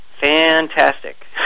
Fantastic